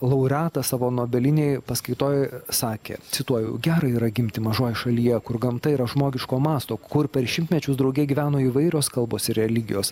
laureatas savo nuobelinėj paskaitoj sakė cituoju gera yra gimti mažoj šalyje kur gamta yra žmogiško masto kur per šimtmečius drauge gyveno įvairios kalbos ir religijos